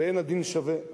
ואין הדין שווה.